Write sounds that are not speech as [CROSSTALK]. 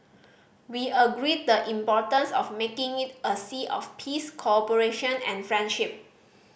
[NOISE] we agreed the importance of making it a sea of peace cooperation and friendship